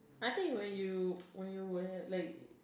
I think when you when you were like